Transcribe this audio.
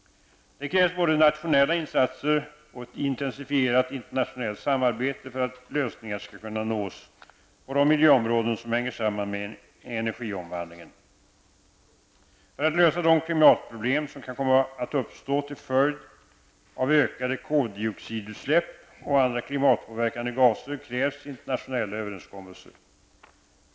Det krävs både nationella insatser och ett intensifierat internationellt samarbete för att lösningar skall kunna nås på de miljöproblem som hänger samman med energiomvandling. För att lösa de klimatproblem som kan komma att uppstå till följd av ökade utsläpp av koldioxid och andra klimatpåverkande gaser krävs internationella överenskommelser.